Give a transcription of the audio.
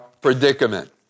predicament